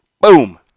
Boom